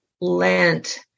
Lent